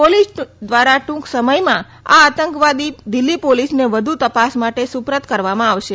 police દ્વારા ટૂંક સમયમાં આ આતંકવાદી દિલ્હી પોલીસને વધુ તપાસ માટે સુપ્રત કરવામાં આવશે